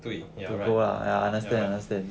对 you're right you're right